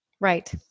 Right